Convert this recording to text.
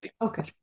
Okay